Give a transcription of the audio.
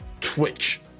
twitch